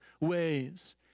ways